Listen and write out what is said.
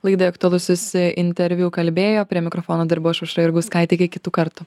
laidai aktualusis interviu kalbėjo prie mikrofono dirbau aš aušra jurgauskaitė iki kitų kartų